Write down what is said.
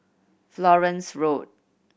Florence Road